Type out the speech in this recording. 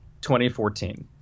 2014